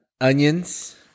Onions